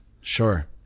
Sure